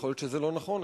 ויכול להיות שזה לא נכון,